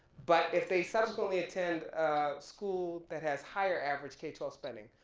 but if they subsequently attend school that has higher average k twelve spending,